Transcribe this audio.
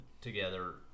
together